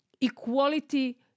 equality